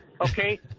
Okay